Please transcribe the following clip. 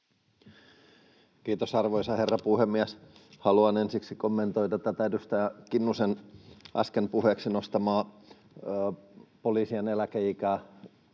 Kiitos, arvoisa herra puhemies! Haluan ensiksi kommentoida tätä edustaja Kinnusen äsken puheeksi nostamaa poliisien eläkeikää.